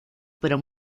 pero